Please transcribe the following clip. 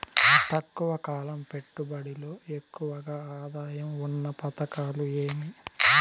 తక్కువ కాలం పెట్టుబడిలో ఎక్కువగా ఆదాయం ఉన్న పథకాలు ఏమి?